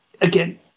Again